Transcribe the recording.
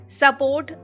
support